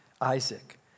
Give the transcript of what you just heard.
Isaac